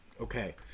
Okay